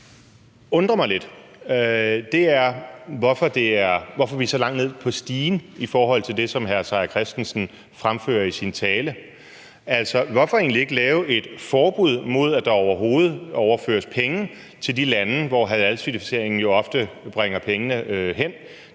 undrer mig lidt, er, hvorfor vi er så langt nede på stigen i forhold til det, som hr. Peter Seier Christensen fremfører i sin tale. Altså, hvorfor egentlig ikke lave et forbud mod, at der overhovedet overføres penge til de lande, hvor halalcertificeringen jo ofte bringer pengene hen?